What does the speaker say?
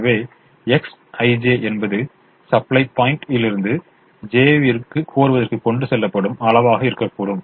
எனவே Xij என்பது supply point i இலிருந்து j ஐ கோருவதற்கு கொண்டு செல்லப்படும் அளவாக இருக்கட்டும்